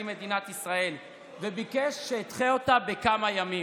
מדינת ישראל וביקש שאדחה אותה בכמה ימים.